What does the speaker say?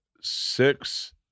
Six